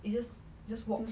it's just just walk